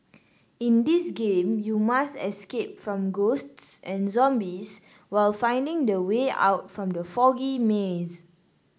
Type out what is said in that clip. in this game you must escape from ghosts and zombies while finding the way out from the foggy maze